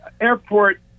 airport